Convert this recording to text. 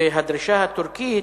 והדרישה הטורקית